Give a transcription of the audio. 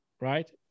right